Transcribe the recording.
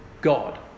God